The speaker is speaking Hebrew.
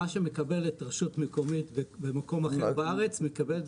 מה שמקבלת רשות מקומית במקום אחר בארץ,